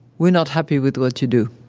we are not happy with what to do.